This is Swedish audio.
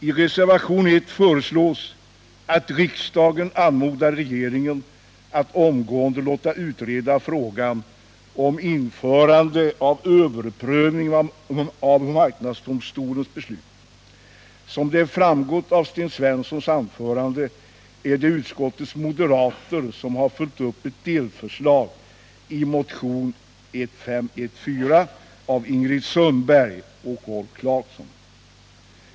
I reservationen 1 föreslås att riksdagen anmodar regeringen att omgående låta utreda frågan om införande av en överprövning av marknadsdomstolens beslut. Som framgått av Sten Svenssons anförande är det två av utskottets moderater som har följt upp ett delförslag i motionen 1978/79:1514 av Ingrid Sundberg och Rolf Clarkson.